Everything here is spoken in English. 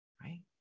right